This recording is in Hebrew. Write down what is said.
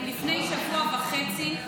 לפני שבוע וחצי,